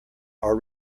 are